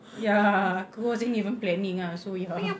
ya aku wasn't even planning ah so ya